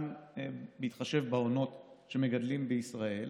גם בהתחשב בעונות שמגדלים בישראל,